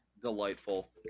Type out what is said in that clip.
Delightful